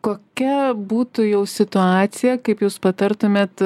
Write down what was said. kokia būtų jau situacija kaip jūs patartumėt